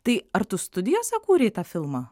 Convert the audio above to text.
tai ar tu studijose kūrei tą filmą